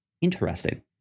Interesting